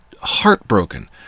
heartbroken